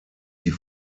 die